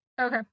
Okay